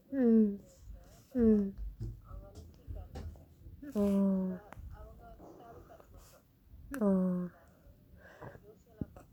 mm mm oh oh